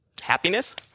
Happiness